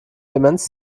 demenz